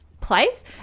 place